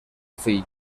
fill